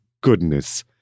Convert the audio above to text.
goodness